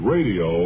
Radio